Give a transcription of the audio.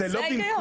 זה ההיגיון.